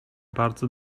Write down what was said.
bardzo